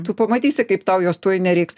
tu pamatysi kaip tau jos tuoj nereiks